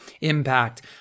impact